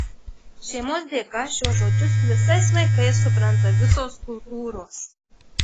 šeimos dėka šiuo žodžius visais laikais supranta visos kultūros